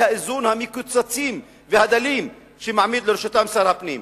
האיזון המקוצצים והדלים שמעמיד לרשותם שר הפנים.